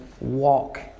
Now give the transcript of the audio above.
walk